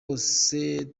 bose